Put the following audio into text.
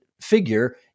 figure